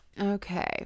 Okay